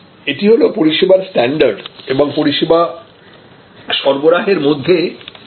এটি হলো পরিষেবার স্ট্যান্ডার্ড এবং পরিষেবা সরবরাহের মধ্যে গ্যাপ